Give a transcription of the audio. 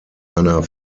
einer